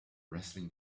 rustling